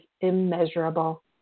immeasurable